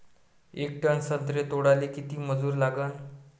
येक टन संत्रे तोडाले किती मजूर लागन?